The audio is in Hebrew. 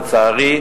לצערי,